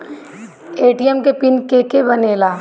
ATM के PIN के के बनेला?